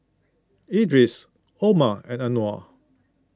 Idris Omar and Anuar